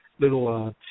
little